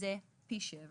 זה פי 7